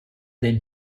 then